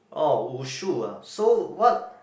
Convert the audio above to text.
oh Wushu ah so what